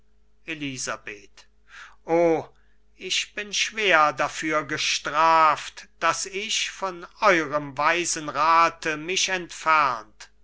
elisabeth o ich bin schwer dafür gestraft daß ich von eurem weisen rate mich entfernt